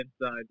inside